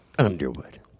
Underwood